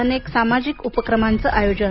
अनेक सामाजिक उपक्रमांचं आयोजन